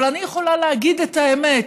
אבל אני יכולה להגיד את האמת,